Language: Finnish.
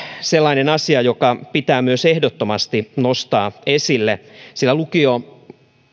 sellainen asia joka pitää myös ehdottomasti nostaa esille sillä lukio